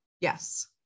Yes